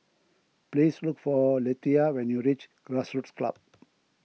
please look for Lethia when you reach Grassroots Club